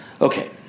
Okay